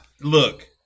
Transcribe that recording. Look